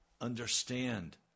understand